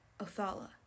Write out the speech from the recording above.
Othala